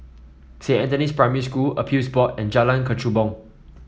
Saint Anthony's Primary School Appeals Board and Jalan Kechubong